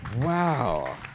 Wow